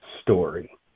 story